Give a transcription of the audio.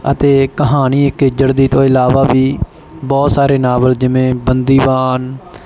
ਅਤੇ ਕਹਾਣੀ ਇੱਕ ਇੱਜੜ ਦੀ ਤੋਂ ਇਲਾਵਾ ਵੀ ਬਹੁਤ ਸਾਰੇ ਨਾਵਲ ਜਿਵੇਂ ਬੰਦੀਵਾਨ